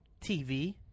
TV